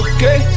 Okay